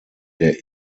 der